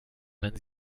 wenn